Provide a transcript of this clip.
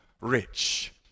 rich